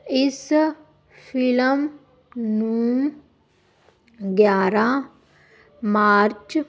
ਇਸ ਫਿਲਮ ਨੂੰ ਗਿਆਰ੍ਹਾਂ ਮਾਰਚ